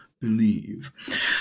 believe